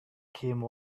came